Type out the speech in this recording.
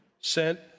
sent